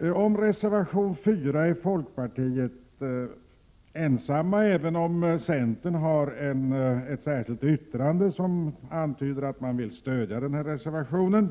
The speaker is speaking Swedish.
g Om reservation nr 4 är folkpartiet ensamt, även om centern har ett särskilt yttrande som antyder att man vill stödja denna reservation.